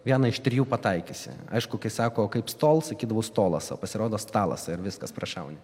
vieną iš trijų pataikysi aišku kai sako kaip stol sakydavau stolas o pasirodo stalas ir viskas prašauni